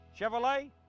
Chevrolet